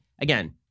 again